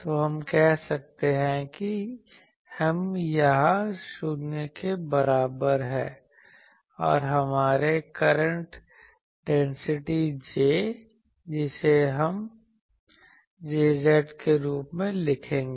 तो हम कह सकते हैं कि M यहां शून्य के बराबर है और हमारे करंट डेंसिटी J जिसे हम Jz के रूप में लिखेंगे